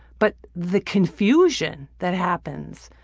but the confusion that happens,